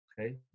okay